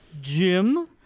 Jim